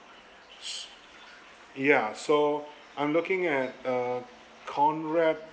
ya so I'm looking at uh conrad